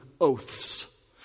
oaths